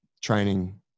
Training